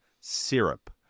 Syrup